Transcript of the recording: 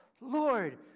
Lord